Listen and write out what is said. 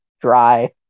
dry